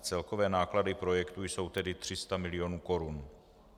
Celkové náklady projektu jsou tedy 300 milionů korun.